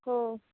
हो